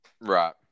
Right